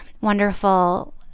wonderful